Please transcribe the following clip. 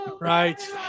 Right